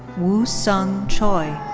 woo sung choi.